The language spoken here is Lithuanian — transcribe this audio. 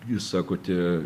jūs sakote